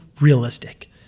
realistic